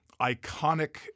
iconic